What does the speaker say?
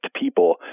people